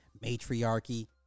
matriarchy